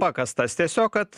pakastas tiesiog kad